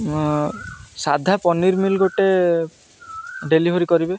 ସାଧା ପନିର ମିଲ୍ ଗୋଟେ ଡେଲିଭରି କରିବେ